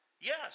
yes